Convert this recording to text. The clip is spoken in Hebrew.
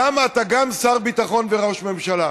למה אתה גם שר ביטחון וראש ממשלה?